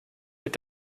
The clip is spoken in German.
mit